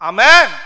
Amen